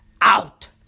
out